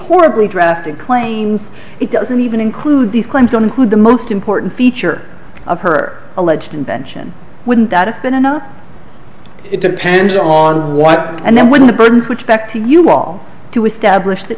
horribly drafting claims it doesn't even include these claims going to the most important feature of her alleged invention wouldn't that have been enough it depends on what and then when the burden which back to you all to establish that